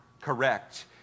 correct